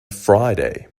friday